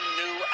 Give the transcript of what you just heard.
new